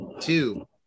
two